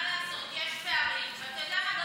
מה לעשות, יש פערים, ואתה יודע מה?